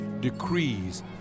decrees